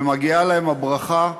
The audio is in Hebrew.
ומגיעה לה הברכה,